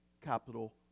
capital